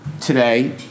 Today